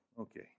Okay